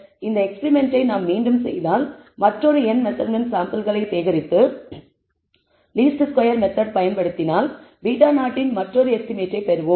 இந்த எக்ஸ்பிரிமெண்ட்டை நாம் மீண்டும் செய்தால் மற்றோரு n மெஸர்மென்ட்ஸ் சாம்பிள்களை சேகரித்து லீஸ்ட் ஸ்கொயர் மெத்தெட் பயன்படுத்தினால் β0 இன் மற்றொரு எஸ்டிமேட்டை பெறுவோம்